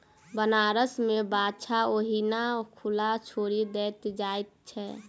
बनारस मे बाछा ओहिना खुला छोड़ि देल जाइत छै